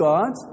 God